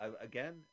again